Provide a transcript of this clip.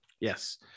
yes